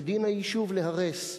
ודין היישוב ליהרס.